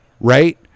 right